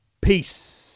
peace